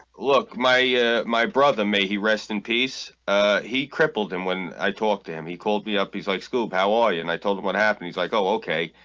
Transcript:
look my my brother may he rest in peace ah he crippled him when i talked to him. he called me up. he's like scoob. how are you and i told him what happened? he's like oh, okay,